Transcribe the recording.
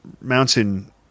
mountain